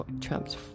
Trump's